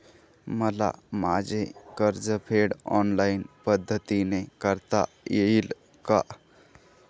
मला माझे कर्जफेड ऑनलाइन पद्धतीने करता येईल का?